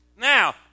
Now